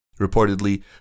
Reportedly